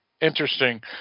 interesting